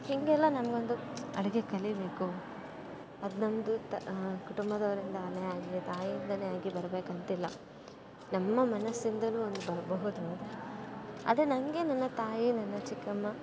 ಹೀಗೆಲ್ಲ ನನಗೊಂದು ಅಡುಗೆ ಕಲಿಯಬೇಕು ಅದು ನಮ್ಮದು ತ ಕುಟುಂಬದವರಿಂದಲೇ ಆಗಲಿ ತಾಯಿಯಿಂದಲೇ ಆಗಿ ಬರಬೇಕಂತಿಲ್ಲ ನಮ್ಮ ಮನಸ್ಸಿಂದಲು ಒಂದು ಬರಬಹುದು ಆದರೆ ನನಗೆ ನನ್ನ ತಾಯಿ ನನ್ನ ಚಿಕ್ಕಮ್ಮ